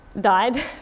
died